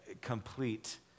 complete